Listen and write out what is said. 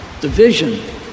division